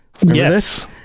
Yes